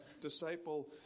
disciple